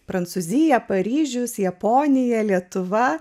prancūzija paryžius japonija lietuva